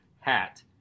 hat